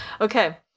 Okay